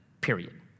period